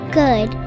good